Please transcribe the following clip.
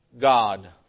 god